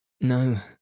No